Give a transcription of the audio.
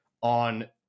on